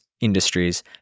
industries